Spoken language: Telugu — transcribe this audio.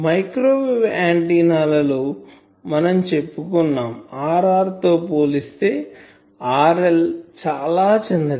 మైక్రోవేవ్ ఆంటిన్నా ల లో మనం చెప్పుకున్నాం Rr తో పోలిస్తే RL చాలా చిన్నది